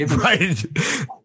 right